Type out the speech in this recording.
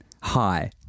Hi